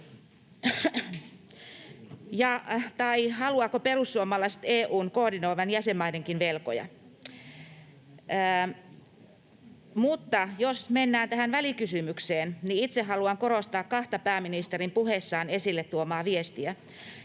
ja haluavatko perussuomalaiset EU:n koordinoivan jäsenmaidenkin velkoja. Mutta jos mennään tähän välikysymykseen, niin itse haluan korostaa kahta pääministerin puheessaan esille tuomaa viestiä.